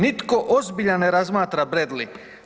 Nitko ozbiljan ne razmatra Bradley.